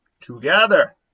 together